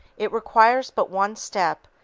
it requires but one step,